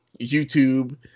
youtube